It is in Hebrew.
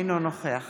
אינו נוכח